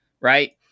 right